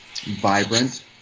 vibrant